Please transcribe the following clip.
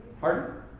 Pardon